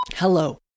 Hello